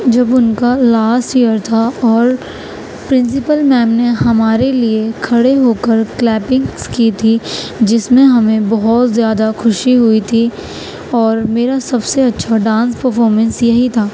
جب ان کا لاسٹ ایئر تھا اور پرنسپل میم نے ہمارے لیے کھڑے ہو کر کلیپنگ کی تھی جس میں ہمیں بہت زیادہ خوشی ہوئی تھی اور میرا سب سے اچھا ڈانس پرفارمنس یہی تھا